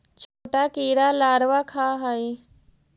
छोटा कीड़ा लारवा खाऽ हइ